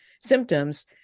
symptoms